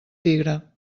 tigre